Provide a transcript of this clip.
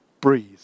breathe